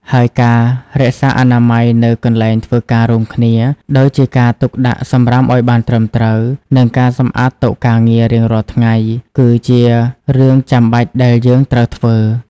ហើយការរក្សាអនាម័យនៅកន្លែងធ្វើការរួមគ្នា ដូចជាការទុកដាក់សំរាមឲ្យបានត្រឹមត្រូវ និងការសម្អាតតុការងាររៀងរាល់ថ្ងៃ គឺជារឿងចាំបាច់ដែលយើងត្រូវធ្វើ។